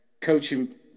coaching